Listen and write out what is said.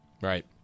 right